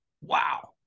Wow